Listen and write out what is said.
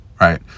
right